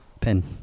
pen